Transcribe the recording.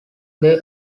they